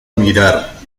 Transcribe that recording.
mirar